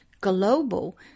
global